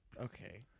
Okay